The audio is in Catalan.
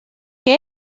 que